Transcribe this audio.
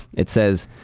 it says,